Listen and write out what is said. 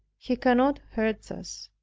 he cannot hurt us.